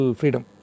freedom